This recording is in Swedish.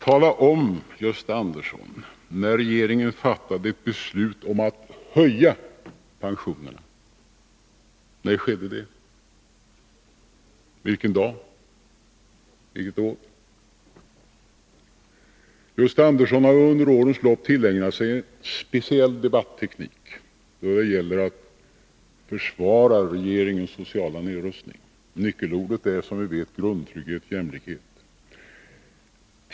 Tala om, Gösta Andersson, när regeringen fattat ett beslut om att höja pensionerna! När skedde det? Vilken dag? Vilket år? Gösta Andersson har under årens lopp tillägnat sig en speciell debatteknik då det gäller att försvara regeringens sociala nedrustning. Nyckelorden är som vi vet grundtrygghet och jämlikhet.